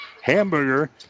Hamburger